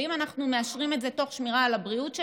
אם אנחנו מאשרים את זה תוך שמירה על הבריאות שלהם,